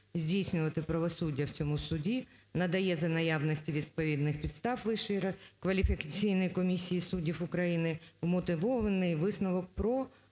здійснювати правосуддя в цьому суді надає за наявності відповідних підстав Вищої кваліфікаційної комісії суддів України умотивований висновок про…" А я